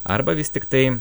arba vis tiktai